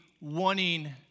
wanting